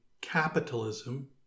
capitalism